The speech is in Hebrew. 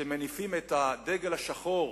שמניפים דגל שחור